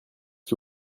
que